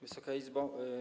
Wysoka Izbo!